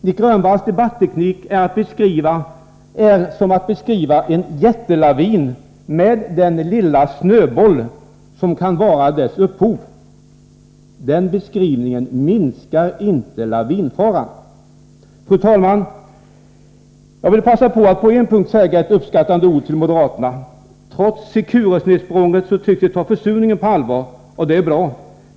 Nic Grönvalls debatteknik är som att beskriva en jättelavin med den lilla snöboll som kan vara dess upphov. En sådan beskrivning minskar inte lavinfaran. Fru talman! Jag vill passa på att på en punkt säga ett uppskattande ord till moderaterna. Trots Secure-snedsprånget tycks de ta försurningen på allvar, och det är bra.